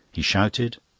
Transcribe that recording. he shouted,